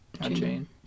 Jane